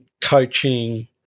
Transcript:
coaching